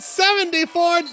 seventy-four